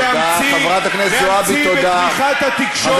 שקובע שבתי-הספר שלנו יהיו עם תת-תקנים של